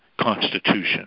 constitution